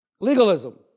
Legalism